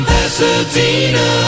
Pasadena